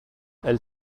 elle